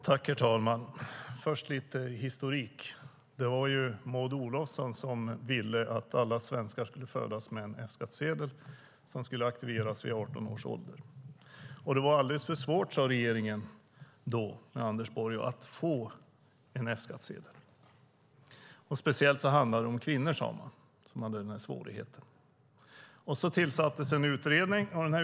Herr talman! Först vill jag ta lite historik. Det var Maud Olofsson som ville att alla svenskar skulle födas med en F-skattsedel som skulle aktiveras vid 18 års ålder. Det var alldeles för svårt, sade då regeringen och Anders Borg, att få en F-skattsedel. Speciellt handlade det om kvinnor, sade man, som hade svårigheter. Det tillsattes en utredning.